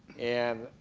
and